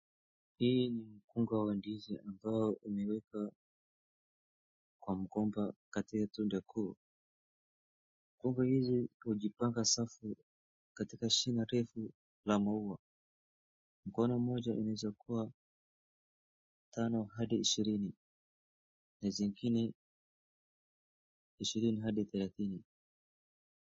Hii ni mkunga wa ndizi ambao umeweka kwa mgomba kati ya tunda kuu. Mgomba hizi imepangwa kwa safu katika shina refu la maua. Mkono moja inaweza kuwa tano hadi ishirini na zingine ishirini hadi thelathini